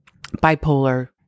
bipolar